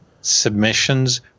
submissions